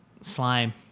slime